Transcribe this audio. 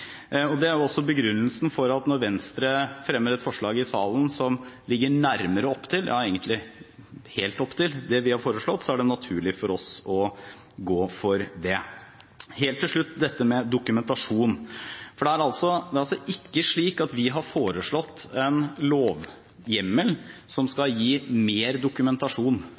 og det er også begrunnelsen for at når Venstre fremmer et forslag i salen som ligger nærmere opp til – ja egentlig helt opp til – det vi har foreslått, er det naturlig for oss å gå for det. Helt til slutt: Når det gjelder dokumentasjon, er det ikke slik at vi har foreslått en lovhjemmel som skal gi mer dokumentasjon